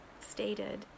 stated